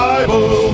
Bible